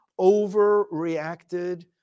overreacted